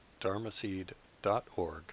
dharmaseed.org